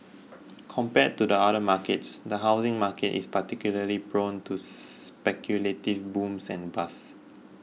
compared to the other markets the housing market is particularly prone to speculative booms and bust